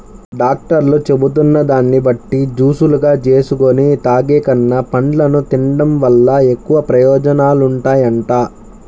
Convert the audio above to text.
డాక్టర్లు చెబుతున్న దాన్ని బట్టి జూసులుగా జేసుకొని తాగేకన్నా, పండ్లను తిన్డం వల్ల ఎక్కువ ప్రయోజనాలుంటాయంట